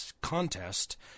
contest